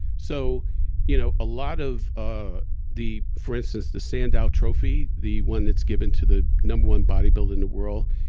so you know a lot of ah the, for instance, the sandow trophy, the one that's given to the number one bodybuilder in the world,